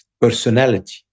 personality